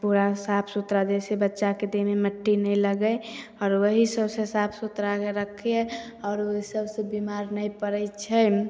पूरा साफ सुथरा जाहिसऽ बच्चाके देहमे मट्टी नहि लगै आओर वही सौंसे साफ सुथरा अगर रखियै आओर ओ सबसे बीमार नहि पड़ै छै